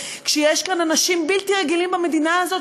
כשיש כאן אנשים בלתי רגילים במדינה הזאת,